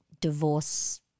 divorce